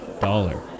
dollar